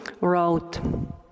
wrote